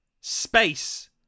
Space